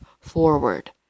forward